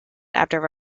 after